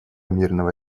мирного